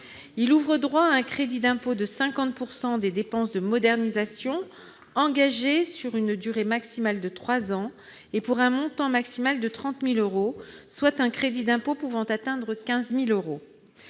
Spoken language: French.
ouvre droit à un crédit d'impôt de 50 % des dépenses de modernisation engagées sur une durée maximale de trois ans et pour un montant maximal de 30 000 euros. Le crédit d'impôt peut ainsi atteindre 15 000 euros.